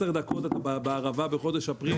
10 דקות בערבה בחודש אפריל,